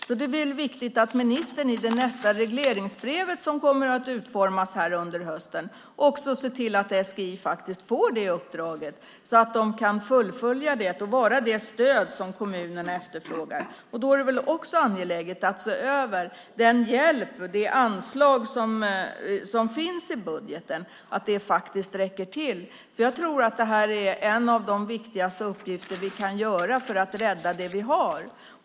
Det är därför viktigt att ministern i nästa regleringsbrev, som kommer att utformas under hösten, ser till att SGI får det uppdraget så att de kan fullfölja det och vara det stöd som kommunerna efterfrågar. Då är det angeläget att även se över den hjälp och det anslag som finns i budgeten så att det verkligen räcker till. Jag tror att det är en av våra viktigaste uppgifter för att rädda det vi har.